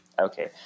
okay